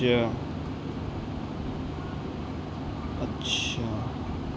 اچھا اچھا